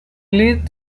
lit